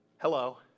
hello